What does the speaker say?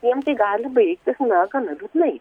jiem tai gali baigtis gana liūdnai